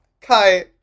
Kai